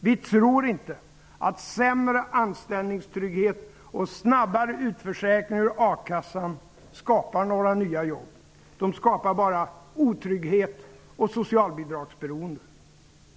Vi tror inte att sämre anställningstrygghet och snabbare utförsäkring ur a-kassan skapar några nya jobb. De skapar bara otrygghet och socialbidragsberoende.